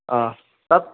आ तत्